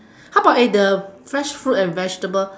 how about eh the fresh fruit and vegetable